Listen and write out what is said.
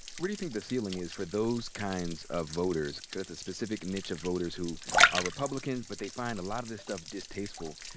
what do you think the ceiling is for those kinds of voters? cause that's a specific niche of voters who are republicans but they find a lot of this stuff distasteful.